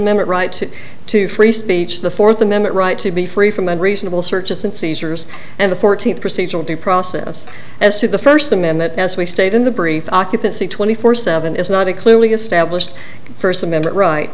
amendment right to free speech the fourth amendment right to be free from unreasonable searches and seizures and the fourteenth procedural due process as to the first amendment as we state in the brief occupancy twenty four seven is not a clearly established first amendment right